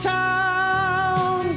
town